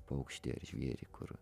paukštį ar žvėrį kur